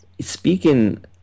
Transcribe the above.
Speaking